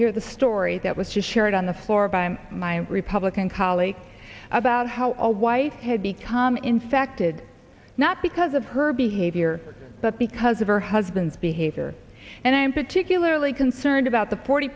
hear the story that was shared on the floor by my republican colleagues about how a wife had become infected not because of her behavior but because of her husband's behavior and i'm particularly concerned about the forty